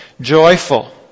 joyful